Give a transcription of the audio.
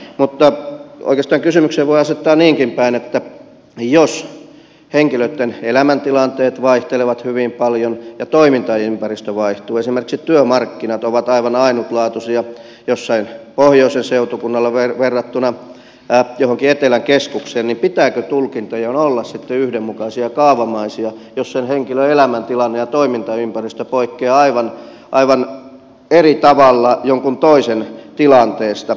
mutta oikeastaan kysymyksen voi asettaa niinkin päin että jos henkilöitten elämäntilanteet vaihtelevat hyvin paljon ja toimintaympäristö vaihtuu esimerkiksi työmarkkinat ovat aivan ainutlaatuisia jossain pohjoisen seutukunnalla verrattuna johonkin etelän keskukseen niin pitääkö tulkintojen olla sitten yhdenmukaisia kaavamaisia jos henkilön elämäntilanne ja toimintaympäristö poikkeavat aivan eri tavalla jonkun toisen tilanteesta